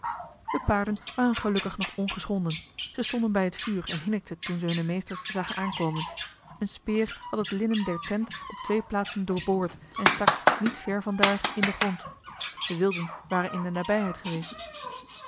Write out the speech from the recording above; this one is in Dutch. de paarden waren gelukkig nog ongeschonden ze stonden bij het vuur en hinnikten toen ze hunne meesters zagen aankomen eene speer had het linnen der tent op twee plaatsen doorboord en stak niet ver van daar in den grond de wilden waren in de nabijheid geweest